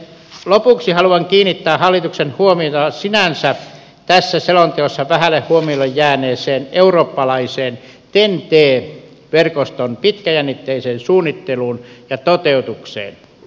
lopuksi haluan kiinnittää hallituksen huomiota tässä selonteossa sinänsä vähälle huomiolle jääneeseen eurooppalaisen ten t verkoston pitkäjännitteiseen suunnitteluun ja toteutukseen